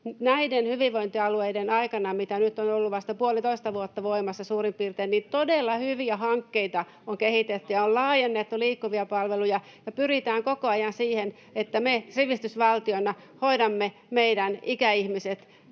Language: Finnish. näiden hyvinvointialueiden aikana, mitä nyt on ollut vasta suurin piirtein puolitoista vuotta voimassa, ja on laajennettu liikkuvia palveluja, ja pyritään koko ajan siihen, että me sivistysvaltiona hoidamme meidän ikäihmiset